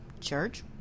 church